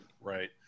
Right